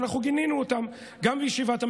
ואנחנו גינינו אותם גם בישיבת הממשלה,